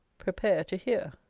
prepare to hear.